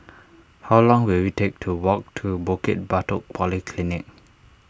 how long will it take to walk to Bukit Batok Polyclinic